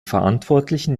verantwortlichen